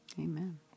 Amen